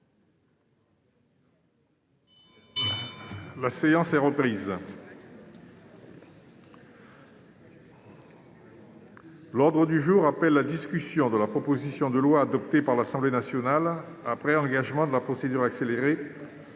ma chère collègue. L'ordre du jour appelle la discussion du projet de loi, adopté par l'Assemblée nationale après engagement de la procédure accélérée,